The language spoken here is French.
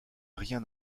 rien